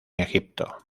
egipto